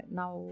now